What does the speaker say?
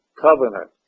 covenant